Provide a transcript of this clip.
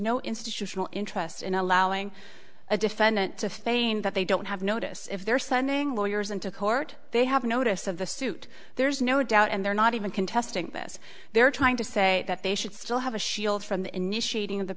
no institutional interest in allowing a defendant to feign that they don't have notice if they're sending lawyers into court they have notice of the suit there's no doubt and they're not even contesting this they're trying to say that they should still have a shield from the initiating